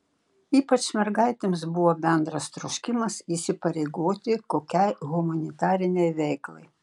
ypač mergaitėms buvo bendras troškimas įsipareigoti kokiai humanitarinei veiklai